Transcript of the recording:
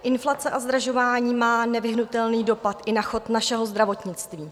Inflace a zdražování má nevyhnutelný dopad i na chod našeho zdravotnictví.